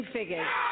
Figures